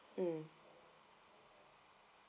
mm